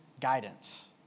guidance